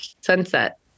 Sunset